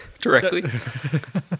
directly